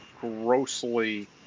grossly